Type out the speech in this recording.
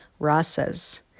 rasas